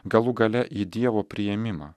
galų gale į dievo priėmimą